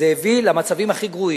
זה הביא למצבים הכי גרועים.